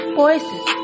voices